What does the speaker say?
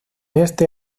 este